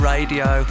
Radio